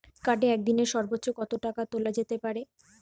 কার্ডে একদিনে সর্বোচ্চ কত টাকা তোলা যেতে পারে?